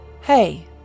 Hey